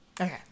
Okay